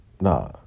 Nah